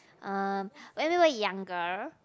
uh when we were younger